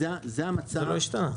זה לא השתנה.